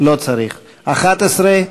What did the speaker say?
לא צריך, 11?